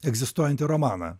egzistuojantį romaną